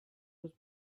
was